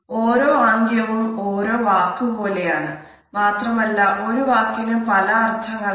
ഓരോ ആംഗ്യവും ഓരോ വാക്കു പോലെ ആണ് മാത്രമല്ല ഒരു വാക്കിനു പല അർഥങ്ങൾ ആകാം